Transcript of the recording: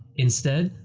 instead,